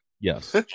Yes